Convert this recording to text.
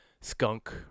skunk